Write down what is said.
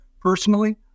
personally